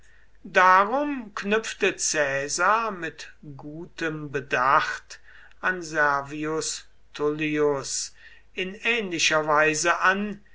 darum knüpfte caesar mit gutem bedacht an servius tullius in ähnlicher weise an